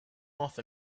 off